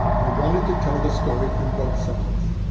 i wanted to tell the story from both sides.